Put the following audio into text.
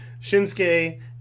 Shinsuke